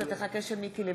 אתה רוצה להצביע?